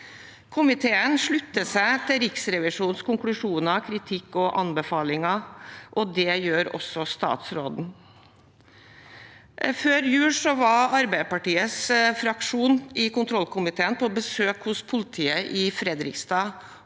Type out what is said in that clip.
Komiteen slutter seg til Riksrevisjonens konklusjoner, kritikk og anbefalinger. Det gjør også statsråden. Før jul var Arbeiderpartiets fraksjon i kontrollkomiteen på besøk hos politiet i Fredrikstad,